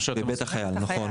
בבית החייל, נכון.